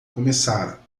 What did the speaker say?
começar